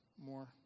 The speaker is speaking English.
More